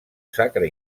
sacre